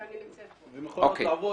נכון.